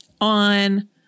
on